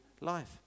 life